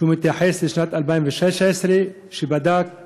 ומתייחס לשנת 2016, על בדיקת